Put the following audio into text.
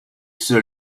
sur